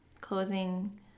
Closing